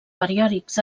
periòdics